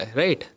right